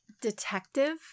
Detective